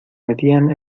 metían